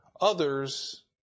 others